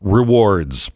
rewards